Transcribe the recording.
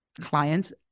clients